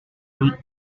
fruit